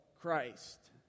Christ